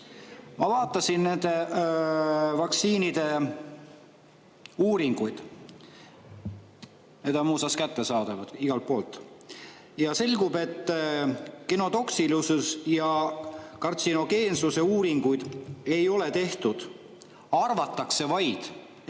Ma vaatasin nende vaktsiinide uuringuid. Need on muuseas kättesaadavad igalt poolt. Selgub, et genotoksilisuse ja kartsinogeensuse uuringuid ei ole tehtud. Arvatakse vaid,